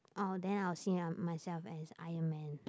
orh then I will see uh myself as Ironman